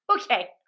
Okay